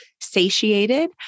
satiated